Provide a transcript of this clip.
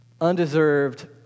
undeserved